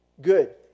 Good